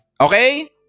Okay